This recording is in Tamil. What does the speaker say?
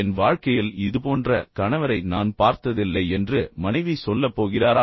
என் வாழ்க்கையில் இதுபோன்ற கணவரை நான் பார்த்ததில்லை என்று மனைவி சொல்லப் போகிறாரா